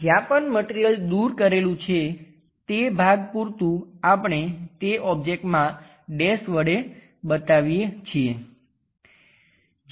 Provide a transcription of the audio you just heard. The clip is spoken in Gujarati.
જ્યાં પણ મટિરિયલ દૂર કરેલું છે તે ભાગ પૂરતું આપણે તે ઓબ્જેક્ટમાં ડેશ વડે બતાવીએ છીએ